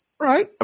Right